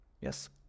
yes